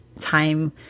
time